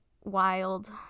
wild